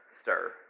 stir